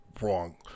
wrong